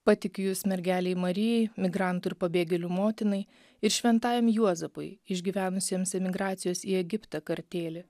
patikiu jus mergelei marijai migrantų ir pabėgėlių motinai ir šventajam juozapui išgyvenusiems emigracijos į egiptą kartėlį